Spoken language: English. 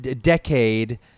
decade